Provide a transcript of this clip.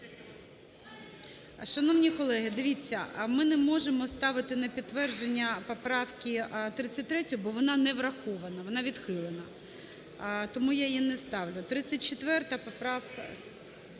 Шановні колеги, дивіться, ми не можемо ставити на підтвердження поправки… 33-ю, бо вона не врахована, вона відхилена. Тому я її не ставлю. 34 поправка…